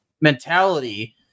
mentality